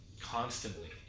Constantly